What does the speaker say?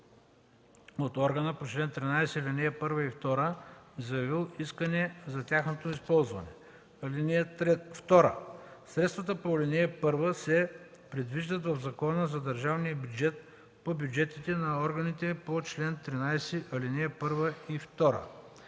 от органа по чл. 13, ал. 1 и 2, заявил искане за тяхното използване. (2) Средствата по ал. 1 се предвиждат в закона за държавния бюджет по бюджетите на органите по чл. 13, ал. 1 и 2.